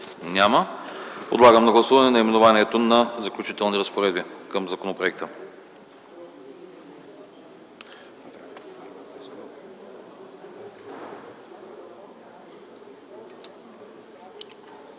Няма. Подлагам на гласуване наименованието на „Заключителни разпоредби” към законопроекта.